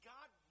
God